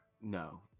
No